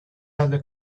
other